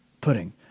pudding